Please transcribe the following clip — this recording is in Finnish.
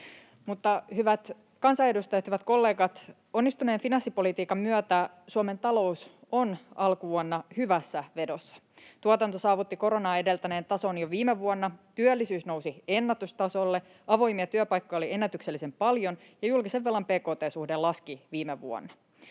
Hyvät kansanedustajat, hyvät kollegat! Onnistuneen finanssipolitiikan myötä Suomen talous on alkuvuonna hyvässä vedossa. Tuotanto saavutti koronaa edeltäneen tason jo viime vuonna, työllisyys nousi ennätystasolle, avoimia työpaikkoja oli ennätyksellisen paljon, ja julkisen velan bkt-suhde laski viime vuonna.